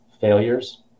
failures